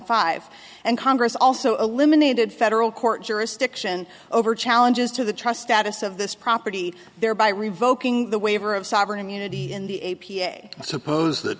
five and congress also eliminated federal court jurisdiction over challenges to the trust status of this property thereby revoking the waiver of sovereign immunity in the a p a i suppose that